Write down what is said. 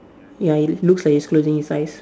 ya he looks like he's closing his eyes